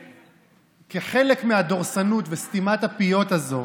כחלק מהדורסנות וסתימת הפיות הזאת